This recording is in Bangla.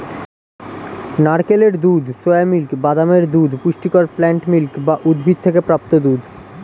নারকেলের দুধ, সোয়া মিল্ক, বাদামের দুধ পুষ্টিকর প্লান্ট মিল্ক বা উদ্ভিদ থেকে প্রাপ্ত দুধ